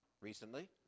recently